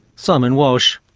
simon walsh.